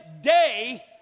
day